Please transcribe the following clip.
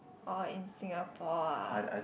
orh in Singapore ah